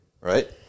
right